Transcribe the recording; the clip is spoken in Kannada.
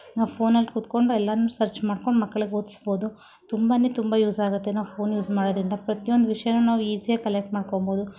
ನಾವು ಫೋನಲ್ಲಿ ಕೂತ್ಕೊಂಡು ಎಲ್ಲನೂ ಸರ್ಚ್ ಮಾಡ್ಕೊಂಡು ಮಕ್ಳಿಗೆ ಓದಿಸ್ಬಹುದು ತುಂಬನೆ ತುಂಬ ಯೂಸ್ ಆಗುತ್ತೆ ನಾವು ಫೋನ್ ಯೂಸ್ ಮಾಡೋದರಿಂದ ಪ್ರತಿ ಒಂದು ವಿಷಯನೂ ನಾವು ಈಝಿಯಾಗಿ ಕಲೆಕ್ಟ್ ಮಾಡ್ಕೊಳ್ಬಹುದು